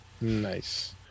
Nice